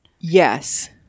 Yes